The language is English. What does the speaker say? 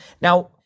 Now